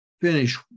finish